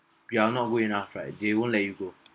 you are not good enough right they won't let you go